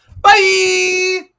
Bye